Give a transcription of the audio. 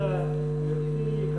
תודה לך.